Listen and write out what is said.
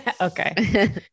Okay